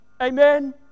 Amen